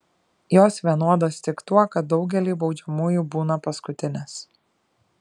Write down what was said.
jos vienodos tik tuo kad daugeliui baudžiamųjų būna paskutinės